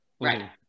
Right